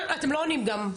אתם לא עונים גם,